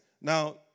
Now